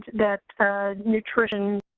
that nutrition,